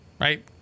right